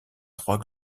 trois